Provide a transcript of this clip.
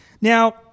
Now